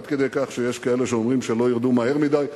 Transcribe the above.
עד כדי כך שיש כאלה שאומרים: שלא יֵרדו מהר מדי.